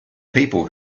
people